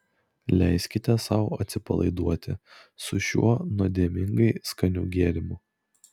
leiskite sau atsipalaiduoti su šiuo nuodėmingai skaniu gėrimu